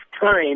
time